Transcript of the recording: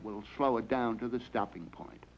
it will slow down to the stopping point